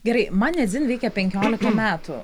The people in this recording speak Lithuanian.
gerai man ne dzin veikia penkiolika metų